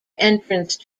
entrance